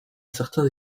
certains